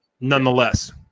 Nonetheless